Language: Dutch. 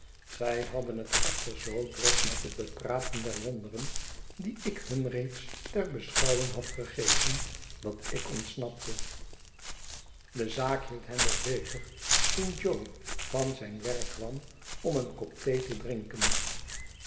zij hadden het echter zoo druk met het bepraten der wonderen die ik hun reeds ter beschouwing had gegeven dat ik ontsnapte de zaak hield hen nog bezig toen jo van zijn werk kwam om een kop thee te drinken